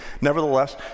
Nevertheless